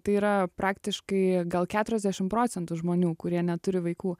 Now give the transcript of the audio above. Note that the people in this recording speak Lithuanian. tai yra praktiškai gal keturiasdešim procentų žmonių kurie neturi vaikų